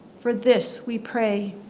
for this we pray.